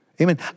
Amen